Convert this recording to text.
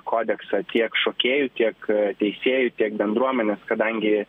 kodeksą tiek šokėjų tiek teisėjų tiek bendruomenės kadangi